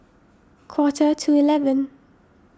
quarter to eleven